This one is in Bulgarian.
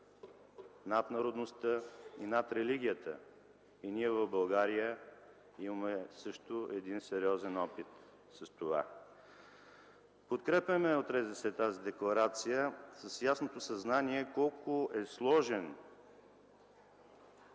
над народността и над религията. И ние в България имаме също един сериозен опит с това. Подкрепяме от РЗС тази декларация с ясното съзнание, колко е сложен